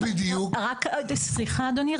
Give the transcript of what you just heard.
רק, סליחה, אדוני.